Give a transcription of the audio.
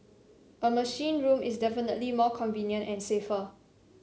a machine room is definitely more convenient and safer